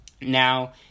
now